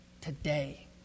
today